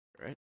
right